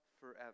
forever